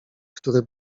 który